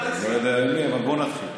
בוא נתחיל.